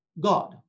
God